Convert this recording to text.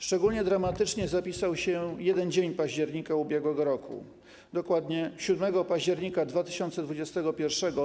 Szczególnie dramatycznie zapisał się jeden dzień października ubiegłego roku, dokładnie 7 października 2021 r.